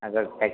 अगर